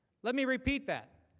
let me repeat that,